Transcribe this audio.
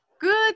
Good